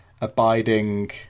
abiding